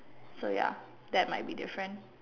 so ya that might be different